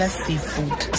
seafood